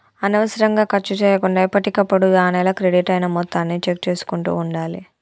అనవసరంగా ఖర్చు చేయకుండా ఎప్పటికప్పుడు ఆ నెల క్రెడిట్ అయిన మొత్తాన్ని చెక్ చేసుకుంటూ ఉండాలి